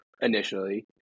initially